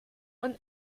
und